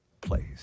place